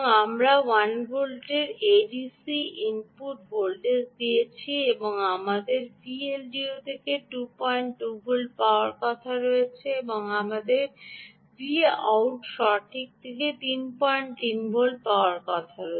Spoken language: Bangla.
আমরা 1 ভোল্টের এডিসি ইনপুট দিয়েছি এবং আমাদের VLDO থেকে 22 ভোল্ট পাওয়ার কথা রয়েছে এবং আমাদের Vout সঠিক থেকে 33 ভোল্ট পাওয়ার কথা রয়েছে